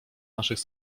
naszych